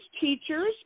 teachers